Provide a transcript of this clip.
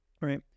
Right